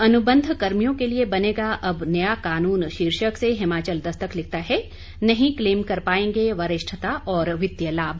अनुबंध कर्मियों के लिये बनेगा अब नया कानून शीर्षक से हिमाचल दस्तक लिखता है नहीं क्लेम कर पाएंगे वरिष्ठता और वित्तीय लाभ